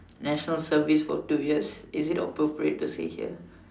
national service for two years is it appropriate to say here